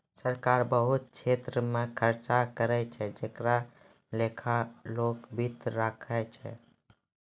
सरकार बहुत छेत्र मे खर्चा करै छै जेकरो लेखा लोक वित्त राखै छै